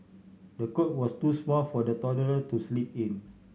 the cot was too small for the toddler to sleep in